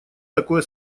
такое